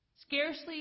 Scarcely